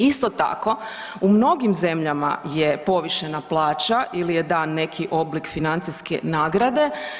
Isto tako, u mnogim zemljama je povišena plaća ili je dan neki oblik financijske nagrade.